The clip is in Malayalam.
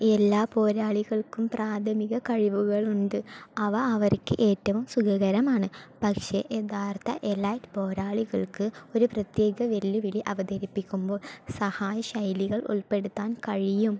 എല്ലാ പോരാളികൾക്കും പ്രാഥമിക കഴിവുകളുണ്ട് അവ അവർക്ക് ഏറ്റവും സുഖകരമാണ് പക്ഷേ യഥാർത്ഥ എലൈറ്റ് പോരാളികൾക്ക് ഒരു പ്രത്യേക വെല്ലുവിളി അവതരിപ്പിക്കുമ്പോൾ സഹായ ശൈലികൾ ഉൾപ്പെടുത്താൻ കഴിയും